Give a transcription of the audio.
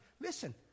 listen